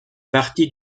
partie